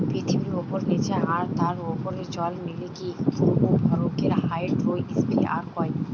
পৃথিবীর উপরে, নীচে আর তার উপরের জল মিলিকি পুরো ভরকে হাইড্রোস্ফিয়ার কয়